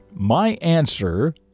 myanswer